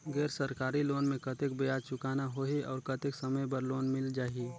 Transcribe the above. गैर सरकारी लोन मे कतेक ब्याज चुकाना होही और कतेक समय बर लोन मिल जाहि?